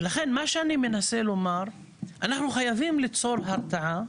לכן מה שאני מנסה לומר הוא שאנחנו חייבים ליצור הרתעה,